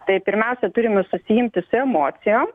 tai pirmiausia turime susiimti su emocijom